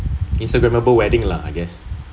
instagramable wedding lah I guess